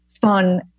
fun